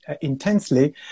intensely